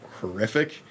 horrific